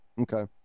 Okay